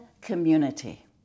community